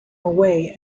away